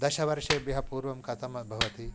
दशवर्षेभ्यः पूर्वं कथं भवति